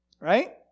right